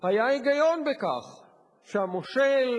היה היגיון בכך שהמושל,